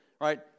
right